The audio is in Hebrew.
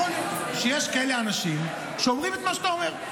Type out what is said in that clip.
יכול להיות שיש כאלה אנשים שאומרים את מה שאתה אומר.